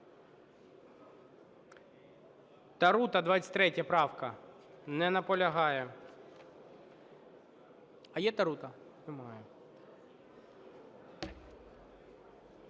Тарута, 23 правка. Не наполягає. А є Тарута? Немає.